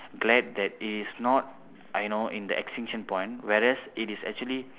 glad that it is not I know in the extinction point whereas it is actually